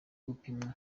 gupimwa